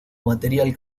material